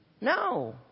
No